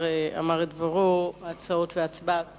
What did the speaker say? אף-על-פי שהשר אמר את דברו, ההצבעות